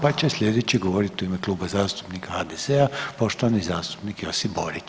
Pa će sljedeći govoriti u ime Kluba zastupnika HDZ-a poštovani zastupnik Josip Borić.